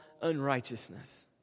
unrighteousness